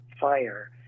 Fire